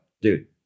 Dude